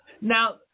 Now